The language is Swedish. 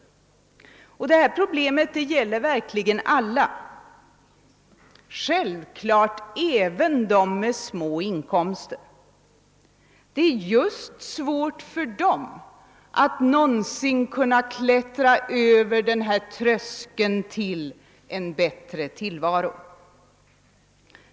Detta problem gäller verkligen alla, självfallet även dem som har små inkomster. Det är särskilt svårt för dem att någonsin kunna klättra över denna tröskel till en bättre tillvaro.